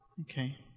okay